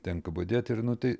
tenka budėt ir nu tai